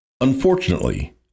Unfortunately